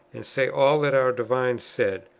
and say all that our divines said,